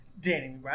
Danny